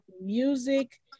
music